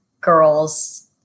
girls